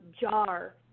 jar